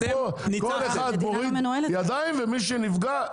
כל אחד מוריד ידיים ומי שנפגע,